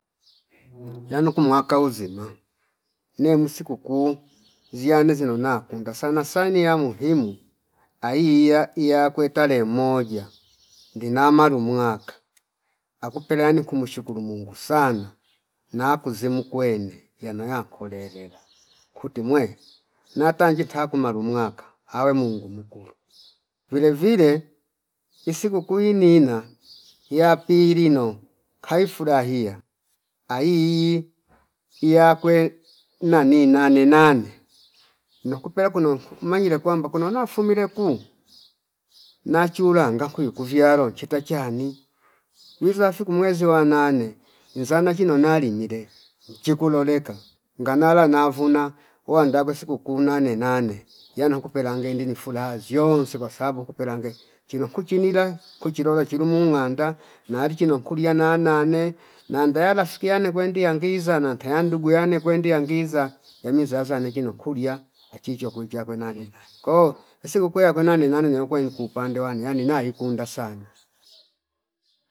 Yanu kumwaka uzima nem sikuku ziyane zinona kunda sana sani ya muhimu aiiya iyakwe talehe moja ndina malu mwaka akupele yani kumushukuru Mungu sana nakuzi mukwene yano ya kolelela kuti mwe natanji chaku malu mwaka Mungu mukunga vile vile isikuku inina ya pilino kaifulahia ayii iyakwe inani nane- nane nokupla kwino kukumanyila kwamba kuno nafumile kuu nachuranga kwiu kuvyalo chita chani wiza fiku mwezi wa nane inzana chino na linyile mchiku loleka nganala navuna uwanda kwe sikuku nane- nane yana kupelange indi ni fulazi yonsi kwasabu uku pelange chino kuchinila kuchilola chilu mumnganda nalichi nokuliya naaana nane nandaya lafiki yane kwendi yangizana tayandu guyane kwendi yangiza yamizaza nikino kuliya achi choko ichakwe nane- nane ko sikuku yakwena ninani nyaikuwa iku pande wani yani naikunda sana